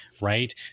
right